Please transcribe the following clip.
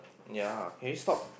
ya can you stop